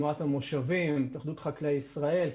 תנועת המושבים עם התאחדות חקלאי ישראל,